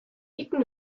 iten